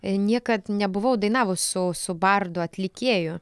niekad nebuvau dainavusi su su bardu atlikėju